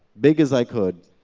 big as i could.